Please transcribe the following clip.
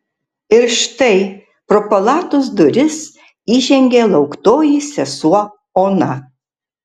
ir štai pro palatos duris įžengė lauktoji sesuo ona